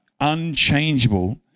unchangeable